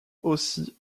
aussi